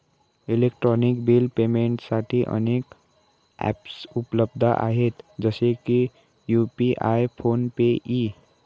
electronic bill पेमेंटसाठी अनेक ॲप्सउपलब्ध आहेत जसे की भीम यू.पि.आय फोन पे इ